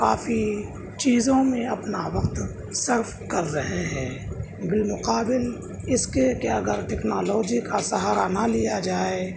کافی چیزوں میں اپنا وقت صرف کر رہے ہیں بالمقابل اس کے کہ اگر ٹیکنالوجی کا سہارا نہ لیا جائے